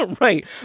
Right